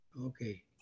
Okay